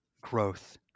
growth